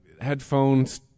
headphones